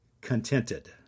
Contented